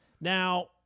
Now